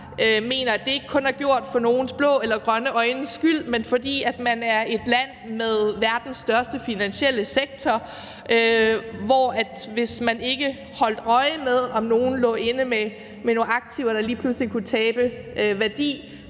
mener, at det ikke kun er gjort for nogens blå eller grønne øjnes skyld, men at det er, fordi man er et land med verdens største finansielle sektor, hvor det er sådan, at hvis man ikke holdt øje med, om nogen lå inde med nogle aktiver, som lige pludselig kunne tabe værdi,